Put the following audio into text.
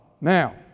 Now